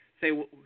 say